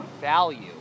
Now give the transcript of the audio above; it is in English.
value